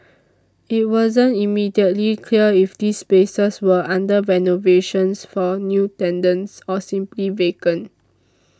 it wasn't immediately clear if these spaces were under renovations for new tenants or simply vacant